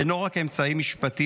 הוא אינו רק אמצעי משפטי,